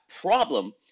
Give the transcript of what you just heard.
problem